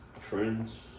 Friends